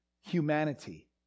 humanity